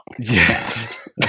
yes